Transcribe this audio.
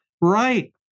Right